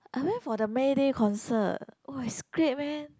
I went for the Mayday concert [wah] it's great man